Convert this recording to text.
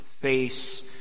face